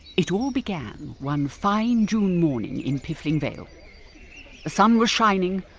it all began one fine june morning in piffling vale. the sun was shining,